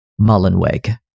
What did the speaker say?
Mullenweg